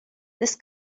this